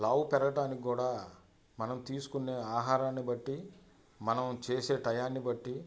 లావు పెరగడానికి కూడా మనం తీసుకునే ఆహారాన్ని బట్టి మనం చేసే టయాన్ని బట్టి